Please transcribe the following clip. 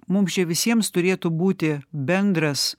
mums čia visiems turėtų būti bendras